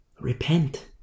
Repent